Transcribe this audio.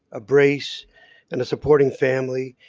a brace and a supporting family,